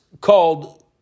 called